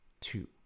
two